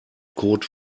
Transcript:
code